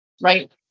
right